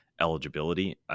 eligibility